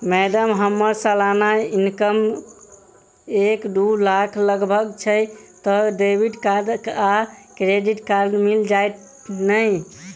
Madam हम्मर सलाना income एक दु लाख लगभग छैय तऽ डेबिट कार्ड आ क्रेडिट कार्ड मिल जतैई नै?